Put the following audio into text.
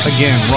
Again